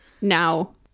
now